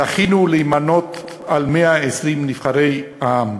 זכינו להימנות עם 120 נבחרי העם,